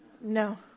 No